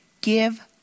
Give